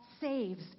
saves